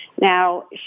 Now